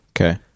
Okay